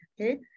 okay